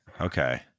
Okay